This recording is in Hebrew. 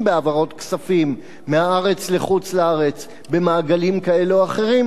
בהעברות כספים מהארץ לחוץ-לארץ במעגלים כאלה או אחרים,